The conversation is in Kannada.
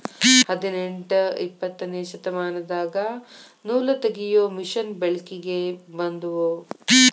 ಹದನೆಂಟ ಇಪ್ಪತ್ತನೆ ಶತಮಾನದಾಗ ನೂಲತಗಿಯು ಮಿಷನ್ ಬೆಳಕಿಗೆ ಬಂದುವ